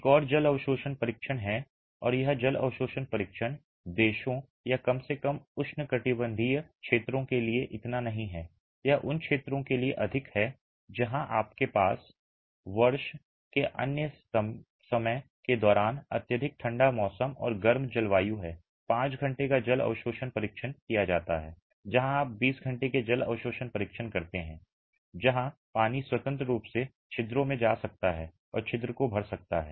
एक और जल अवशोषण परीक्षण है और यह जल अवशोषण परीक्षण देशों या कम से कम उष्णकटिबंधीय क्षेत्रों के लिए इतना नहीं है यह उन क्षेत्रों के लिए अधिक है जहां आपके पास वर्ष के अन्य समय के दौरान अत्यधिक ठंडा मौसम और गर्म जलवायु है 5 घंटे का जल अवशोषण परीक्षण किया जाता है जहां आप 20 घंटे के जल अवशोषण परीक्षण करते हैं जहां पानी स्वतंत्र रूप से छिद्रों में जा सकता है और छिद्रों को भर सकता है